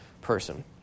person